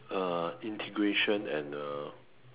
uh integration and uh